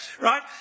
right